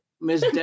Miss